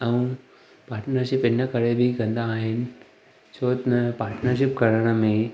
ऐं पार्टनरशिप इन जे करे बि कंदा आहिनि छो त पार्टनरशिप करण में